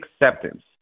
acceptance